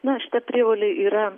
na šita prievolė yra